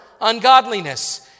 ungodliness